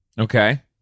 Okay